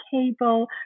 cable